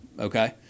okay